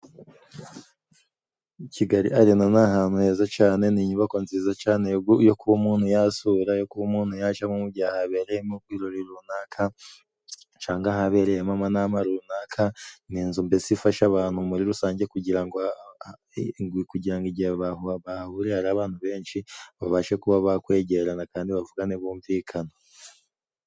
Kigali Arena ni ahantu heza cane, ni inyubako nziza cane yo kuba umuntu yasura, yo kuba umuntu yajamo mu gihe habereyemo nk' ibirori runaka canga habereyemo amanama runaka. Ni inzu mbese ifasha abantu muri rusange kugira ngo kugira ngo igihe bahahuriye ari abantu benshi babashe kuba bakwegerana kandi bavugane bumvikana.